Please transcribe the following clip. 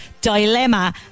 dilemma